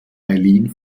eileen